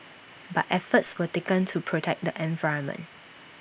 but efforts were taken to protect the environment